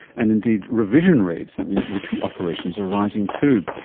and indeed, revision rates, that means repeat operations, are rising too.